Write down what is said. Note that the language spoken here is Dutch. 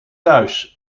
thuis